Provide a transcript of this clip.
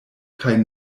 kaj